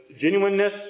genuineness